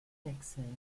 wechsel